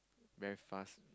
very fast